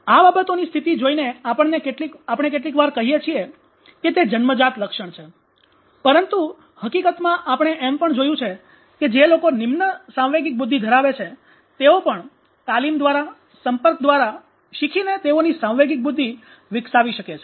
આ બાબતોની સ્થિતિ જોઈને આપણે કેટલીકવાર કહીએ છીએ કે તે જન્મજાત લક્ષણ છે પરંતુ હકીકતમાં આપણે એમ પણ જોયું છે કે જે લોકો નિમ્ન સાંવેગિક બુદ્ધિ ધરાવે છે તેઓ પણ તાલીમ દ્વારા સંપર્ક દ્વારા શીખીને તેઓની સાંવેગિક બુદ્ધિ વિકસાવી શકે છે